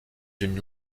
d’une